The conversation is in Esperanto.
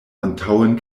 antaŭen